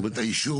האישור